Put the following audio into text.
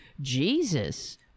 Jesus